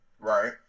Right